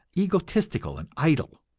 egotistical and idle.